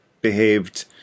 behaved